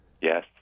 Yes